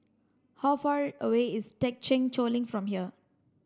how far away is Thekchen Choling from here